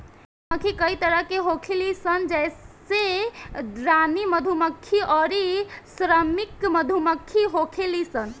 मधुमक्खी कई तरह के होखेली सन जइसे रानी मधुमक्खी अउरी श्रमिक मधुमक्खी होखेली सन